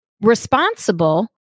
responsible